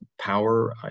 power